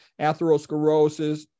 atherosclerosis